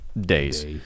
days